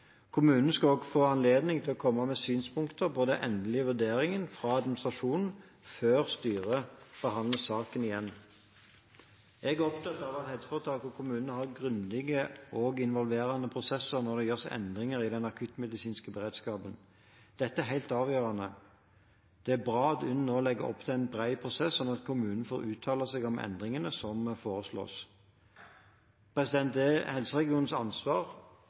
skal også få anledning til å komme med synspunkter på den endelige vurderingen fra administrasjonen før styret behandler saken igjen. Jeg er opptatt av at helseforetak og kommuner har grundige og involverende prosesser når det gjøres endringer i den akuttmediske beredskapen. Det er helt avgjørende. Det er bra at UNN nå legger opp til en bred prosess, slik at kommunene får uttale seg om endringene som foreslås. Det er helseregionene som har ansvar